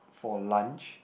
for lunch